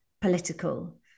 political